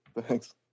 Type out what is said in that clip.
Thanks